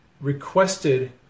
requested